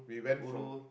ulu